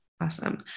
Awesome